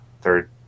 third